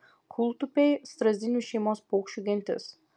kūltupiai strazdinių šeimos paukščių gentis